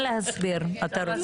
תשעה.